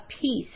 peace